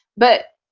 but